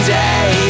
day